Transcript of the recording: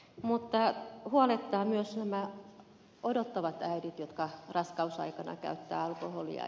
mutta huolettavat myös nämä odottavat äidit jotka raskausaikana käyttävät alkoholia